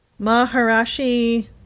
Maharashi